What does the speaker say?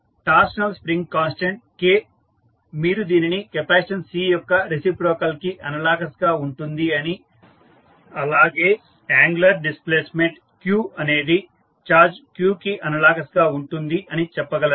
torsional spring constant K మీరు దీనిని capacitance C యొక్క రెసిప్రొకల్ కి అనలాగస్ గా ఉంటుంది అని అలాగే యాంగులర్ డిస్ప్లేస్మెంట్ అనేది ఛార్జ్ q కి అనలాగస్ గా ఉంటుంది అని చెప్పగలరు